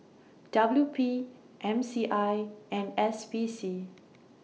W P M C I and S P C